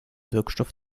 wirkstoff